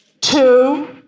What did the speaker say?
two